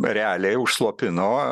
realiai užslopino